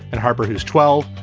and harper, who's twelve.